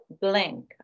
blank